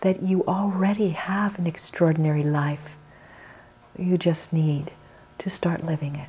that you already have an extraordinary life you just need to start living